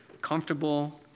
comfortable